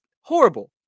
horrible